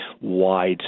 wide